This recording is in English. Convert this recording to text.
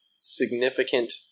significant